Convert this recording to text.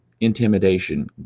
intimidation